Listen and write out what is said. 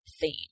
theme